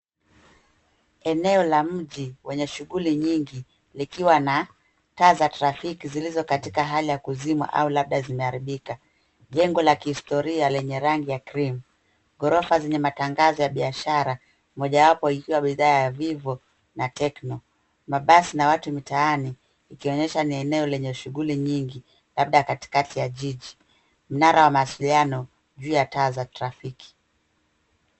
Eneo la mji wenye shughuli nyingi likiwa na taa za trafiki zilizo katika hali ya kuzimwa au labda zimeharibika. Jengo la kihistoria lenye rangi ya cream . Gorofa zenye matangazo ya biashara mojawapo ikiwa bidhaa za Vivo na Techno. Mabasi na watu mitaani ikionyesha ni eneo la shughuli nyingi labda katikati ya jiji. Mnara wa mawasiliano juu ya taa za trafiki.